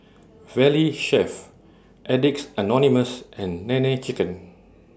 Valley Chef Addicts Anonymous and Nene Chicken